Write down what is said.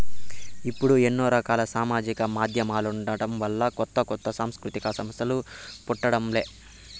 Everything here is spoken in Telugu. ఇప్పుడు ఎన్నో రకాల సామాజిక మాధ్యమాలుండటం వలన కొత్త కొత్త సాంస్కృతిక సంస్థలు పుట్టడం లే